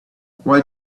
why